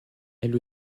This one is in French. elle